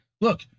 look